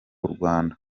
rwanda